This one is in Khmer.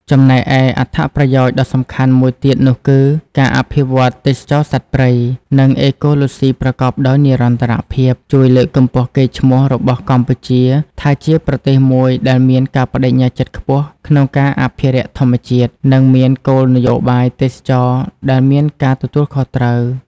ចំំណែកឯ អត្ថប្រយោជន៍ដល់សំខាន់មួយទៀតនោះគឺ ការអភិវឌ្ឍទេសចរណ៍សត្វព្រៃ និងអេកូឡូស៊ីប្រកបដោយនិរន្តរភាព ជួយលើកកម្ពស់កេរ្តិ៍ឈ្មោះរបស់កម្ពុជាថាជាប្រទេសមួយដែលមានការប្តេជ្ញាចិត្តខ្ពស់ក្នុងការអភិរក្សធម្មជាតិ និងមានគោលនយោបាយទេសចរណ៍ដែលមានការទទួលខុសត្រូវ។